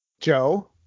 Joe